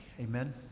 Amen